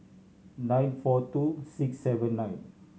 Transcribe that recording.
nine four two six seven nine